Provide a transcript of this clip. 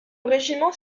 régiment